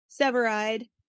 Severide